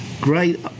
great